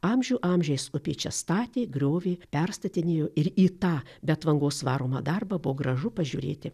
amžių amžiais upė čia statė griovį perstatinėjo ir į tą be atvangos varomą darbą buvo gražu pažiūrėti